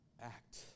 act